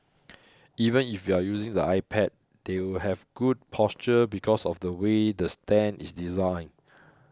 even if you're using the iPad they will have good posture because of the way the stand is designed